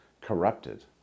corrupted